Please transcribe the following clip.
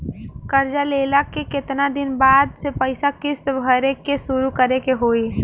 कर्जा लेला के केतना दिन बाद से पैसा किश्त भरे के शुरू करे के होई?